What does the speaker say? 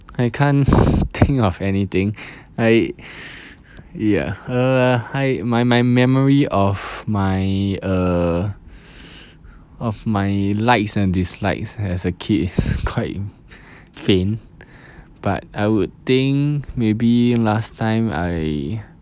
I can't think of anything I ya err I my my memory of my err of my likes and dislikes as a kid is quite faint but I would think maybe last time I